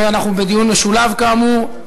אנחנו בדיון משולב, כאמור.